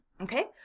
Okay